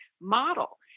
Model